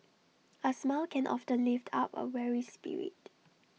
A smile can offend lift up A weary spirit